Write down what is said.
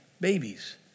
babies